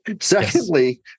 Secondly